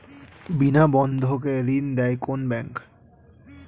বিনা বন্ধকে ঋণ দেয় কোন ব্যাংক?